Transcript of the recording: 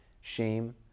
shame